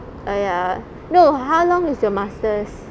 oh ya no how long is your masters